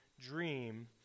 dream